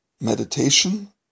meditation